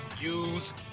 use